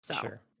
Sure